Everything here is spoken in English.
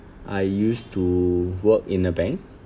I used to work in a bank